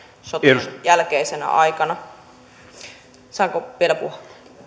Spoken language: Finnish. sotien jälkeisenä aikana